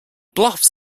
bluffs